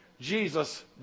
Jesus